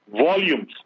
volumes